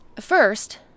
First